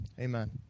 amen